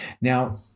Now